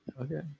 Okay